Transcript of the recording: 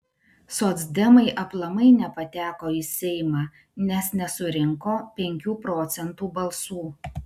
socdemai aplamai nepateko į seimą nes nesurinko penkių procentų balsų